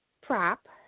prop